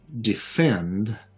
defend